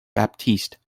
baptiste